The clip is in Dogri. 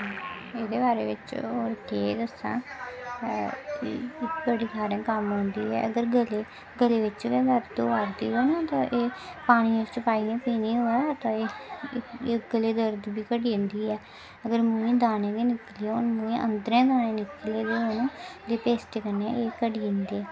एह्दे बारे च होर केह् दस्सां बड़े सारी जगहें कम्म औंदी ऐ ते गले बिच गै दर्द होआ दी होग ना ते एह् पानियै च पाइयै पीनी होऐ तां एह् इक्क ते दरद बी घटी जंदी ऐ अगर मुहैं गी दाने निकली गेदे होन अंदरें निकली गेदे होन ते पेस्टै कन्नै एह् घटी जंदे